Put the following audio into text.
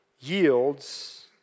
yields